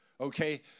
okay